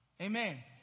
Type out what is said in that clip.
Amen